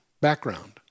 background